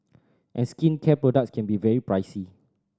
and skincare products can be very pricey